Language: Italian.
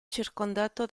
circondato